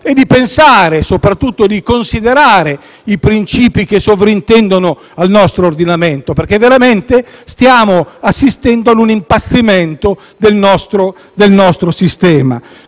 di riflessione e soprattutto di considerare i principi che sovrintendono al nostro ordinamento, perché veramente stiamo assistendo a un impazzimento del nostro sistema.